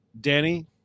danny